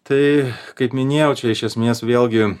tai kaip minėjau čia iš esmės vėlgi